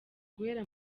guhera